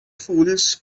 fools